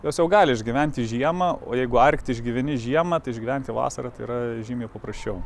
jos jau gali išgyventi žiemą o jeigu arkty išgyveni žiemą tai išgyventi vasarą tai yra žymiai paprasčiau